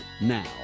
now